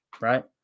right